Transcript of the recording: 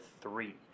three